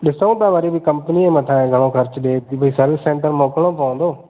ॾिसूं था वरी बि कंपनीअ जे मथां आहे घणो ख़र्चु ॾिए थी भई सर्विस सेंटर मोकिलणो पवंदो